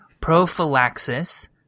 prophylaxis